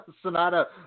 Sonata